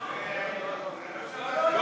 לא.